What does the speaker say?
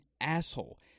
asshole